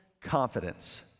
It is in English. confidence